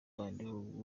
kandiho